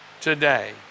today